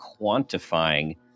quantifying